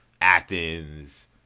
Athens